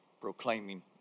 proclaiming